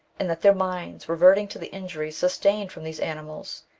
and that their minds reverting to the injuries sustained from these animals,